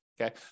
Okay